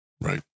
Right